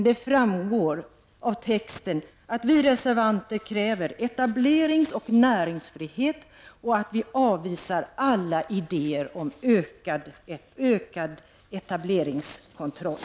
Det framgår dock av texten att vi reservanter kräver etableringsoch näringsfrihet och att vi avvisar alla idéer om ökad etableringskontroll.